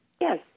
Yes